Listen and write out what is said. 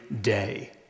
day